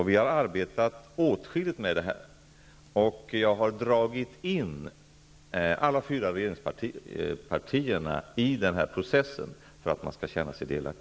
Vi har arbetat åtskilligt med det här, och jag har dragit in alla fyra regeringspartierna i den processen för att man skall känna sig delaktig.